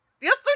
Yes